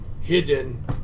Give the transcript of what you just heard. hidden